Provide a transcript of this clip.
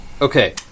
Okay